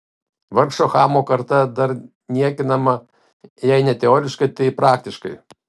vargšo chamo karta dar niekinama jei ne teoriškai tai praktiškai